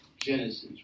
Genesis